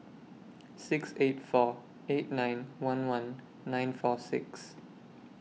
six eight four eight nine one one nine four six